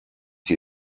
die